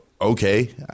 okay